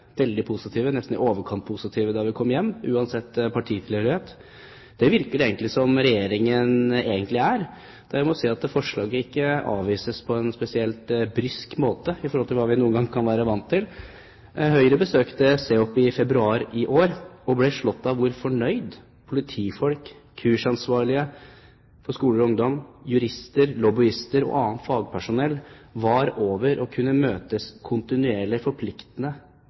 veldig positive – nesten i overkant positive da vi kom hjem – uansett partitilhørighet. Det virker det egentlig som om Regjeringen egentlig er. Jeg må si at forslaget ikke avvises på en spesielt brysk måte, i forhold til hva vi noen ganger kan være vant til. Høyre besøkte CEOP i februar i år og ble slått av hvor fornøyd politifolk, kursansvarlige for skoler og ungdom, jurister, lobbyister og annet fagpersonell var over å kunne møtes kontinuerlig og forpliktende